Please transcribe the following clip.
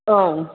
औ